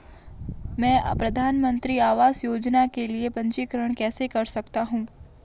मैं प्रधानमंत्री आवास योजना के लिए पंजीकरण कैसे कर सकता हूं?